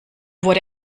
wurde